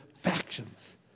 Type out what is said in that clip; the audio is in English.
factions